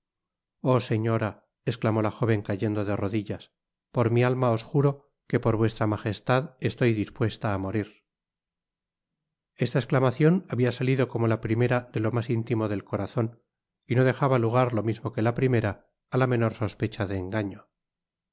oh señora esclamó la jóven cayendo de rodillas por mi alma os juro que por vuestra magestad estoy dispuesta á morir esta esclamacion habia salido como la primera de lo mas intimo del corazon y no dejaba lugar lo mismo que la primera á la menor sospecha de engaño